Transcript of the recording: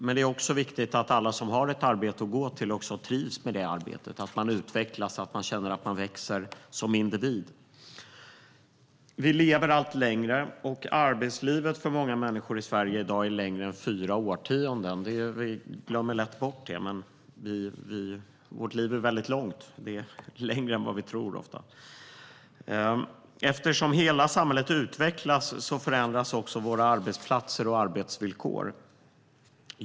Men det är också viktigt att alla som har ett arbete att gå till också trivs med arbetet, att man utvecklas och växer som individ. Vi lever allt längre, och arbetslivet för många människor i Sverige i dag är längre än fyra årtionden. Vi glömmer lätt bort det, men vårt liv är långt - ofta längre än vad vi tror. Eftersom hela samhället utvecklas förändras också våra arbetsplatser och arbetsvillkor.